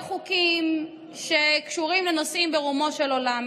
לא חוקים שקשורים לנושאים ברומו של עולם,